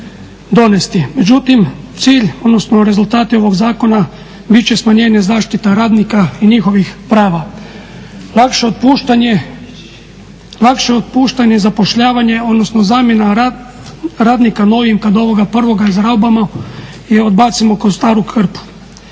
Međutim, cilj, odnosno rezultate ovog Zakona biti će smanjenje zaštita radnika i njihovih prava, lakše otpuštanje, zapošljavanje odnosno zamjena radnika novim kada ovoga prvoga izraubamo i odbacimo ko staru krpu.